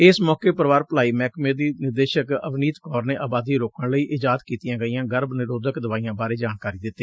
ਇਸ ਮੌਕੇ ਪਰਿਵਾਰ ਭਲਾਈ ਮਹਿਕਮੇ ਦੀ ਨਿਦੇਸ਼ਕ ਅਵਨੀਤ ਕੌਰ ਨੇ ਆਬਾਦੀ ਰੋਕਣ ਲਈ ਇਜਾਦ ਕੀਤੀਆਂ ਗਈਆਂ ਗਰਭ ਨਿਰੋਧਕ ਦਵਾਈਆਂ ਬਾਰੇ ਜਾਣਕਾਰੀ ਦਿੱਤੀ